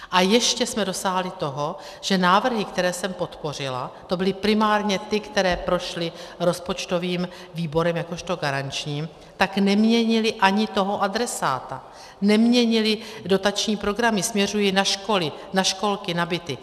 A ještě jsme dosáhli toho, že návrhy, které jsem podpořila, to byly primárně ty, které prošly rozpočtovým výborem jakožto garančním, tak neměnily ani toho adresáta, neměnily dotační programy, směřují na školy, na školky, na byty.